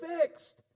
fixed